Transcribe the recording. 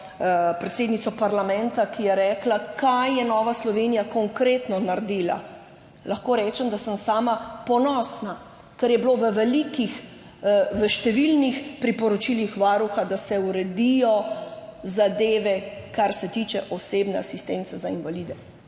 predsednico parlamenta, ki je rekla, kaj je Nova Slovenija konkretno naredila. Lahko rečem, da sem sama ponosna, ker je bilo v velikih, v številnih priporočilih Varuha, da se uredijo zadeve, kar se tiče osebne asistence za invalide,